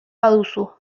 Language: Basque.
baduzu